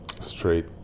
straight